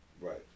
Right